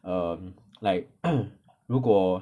err like 如果